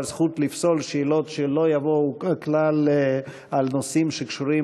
זכות לפסול שאלות שלא יבואו כלל על נושאים שקשורים